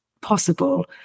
possible